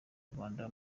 rwanda